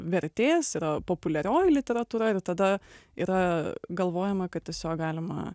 vertės yra populiarioji literatūra ir tada yra galvojama kad tiesiog galima